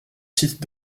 site